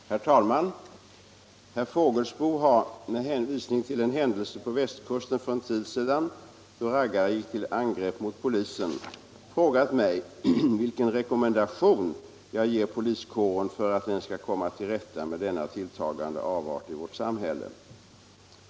382., och anförde: Herr talman! Herr Fågelsbo har - med hänvisning till en händelse på västkusten för en tid sedan då raggare gick till angrepp mot polisen — frågat mig vilken rekommendation jag ger poliskåren för att den skall komma till rätta med denna tilltagande avart i vårt samhälle.